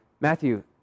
Matthew